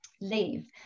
leave